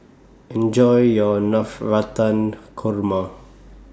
Enjoy your Navratan Korma